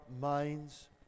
minds